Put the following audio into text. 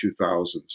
2000s